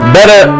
Better